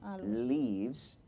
leaves